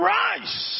rise